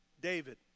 David